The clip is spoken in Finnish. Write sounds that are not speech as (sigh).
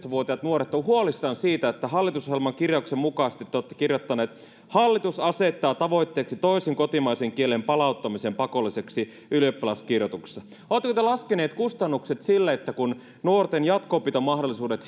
(unintelligible) vuotiaat nuoret ovat huolissaan siitä että hallitusohjelman kirjauksen mukaisesti te olette kirjoittaneet hallitus asettaa tavoitteeksi toisen kotimaisen kielen palauttamisen pakolliseksi ylioppilaskirjoituksissa oletteko te laskeneet kustannukset sille että kun nuorten jatko opintomahdollisuudet (unintelligible)